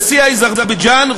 נשיא אזרבייג'ן,